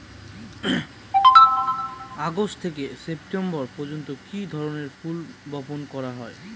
August থেকে September পর্যন্ত কি ধরনের ফুল বপন করা যায়?